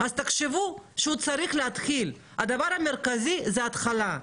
אז תחשבו שהוא צריך להתחיל, הדבר המרכזי זה התחלה,